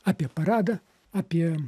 apie paradą apie